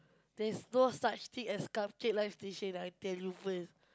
there's no such thing as cupcake live station ah I tell you first